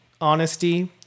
honesty